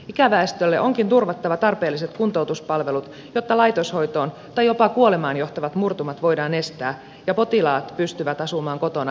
ikäväestölle onkin turvattava tarpeelliset kuntoutuspalvelut jotta laitoshoitoon tai jopa kuolemaan johtavat murtumat voidaan estää ja potilaat pystyvät asumaan kotona mahdollisimman pitkään